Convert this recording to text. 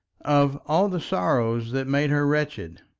of all the sorrows that made her wretched!